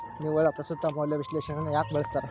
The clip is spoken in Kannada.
ನಿವ್ವಳ ಪ್ರಸ್ತುತ ಮೌಲ್ಯ ವಿಶ್ಲೇಷಣೆಯನ್ನ ಯಾಕ ಬಳಸ್ತಾರ